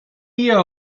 year